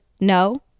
no